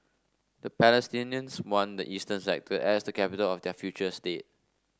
the Palestinians want the eastern sector as the capital of their future state